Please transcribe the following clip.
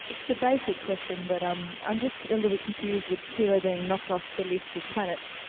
it's a basic question but i'm i'm just a little bit confused with pluto being knocked off the list of planets.